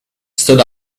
stood